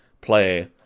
play